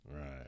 Right